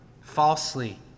falsely